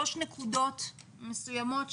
שלוש נקודות מסוימות,